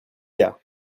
gars